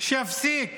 שיפסיק